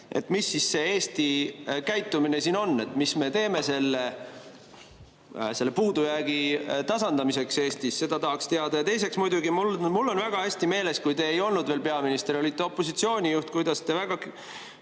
Eestis. Mis see Eesti käitumine siis on? Mis me teeme selle puudujäägi tasandamiseks Eestis? Seda tahaks teada. Ja teiseks muidugi, mul on väga hästi meeles, kui te ei olnud veel peaminister, vaid olite opositsiooni juht, kuidas te väga